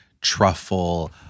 truffle